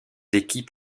équipes